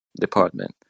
department